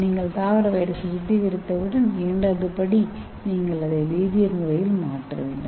நீங்கள் தாவர வைரஸை சுத்திகரித்தவுடன் இரண்டாவது படி நீங்கள் அதை வேதியியல் முறையில் மாற்ற வேண்டும்